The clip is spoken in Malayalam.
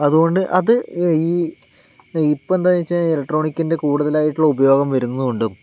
അതുകൊണ്ട് അത് ഈ ഇപ്പോൾ എന്താണെന്ന് വെച്ചാൽ ഇലക്ട്രോണിക്കിൻ്റെ കൂടുതലായിട്ടുള്ള ഉപയോഗം വരുന്ന കൊണ്ടും